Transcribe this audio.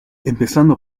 empezando